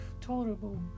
tolerable